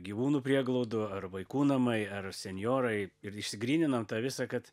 gyvūnų prieglaudų ar vaikų namai ar senjorai ir išsigryninom tą visą kad